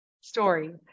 Story